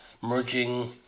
merging